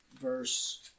verse